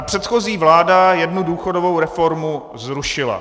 Předchozí vláda jednu důchodovou reformu zrušila.